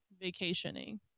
vacationing